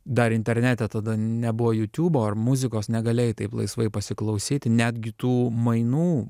dar internete tada nebuvo jutiubo ar muzikos negalėjai taip laisvai pasiklausyti netgi tų mainų